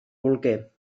bolquer